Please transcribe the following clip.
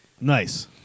Nice